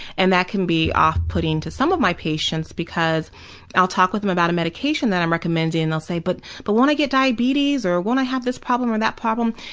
and that can be off-putting to some of my patients because i'll talk with them about a medication that i'm recommending and they'll say, but but won't i get diabetes or won't i have this problem or that problem?